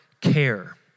care